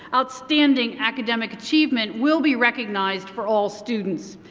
outstanding academic achievement will be recognized for all students.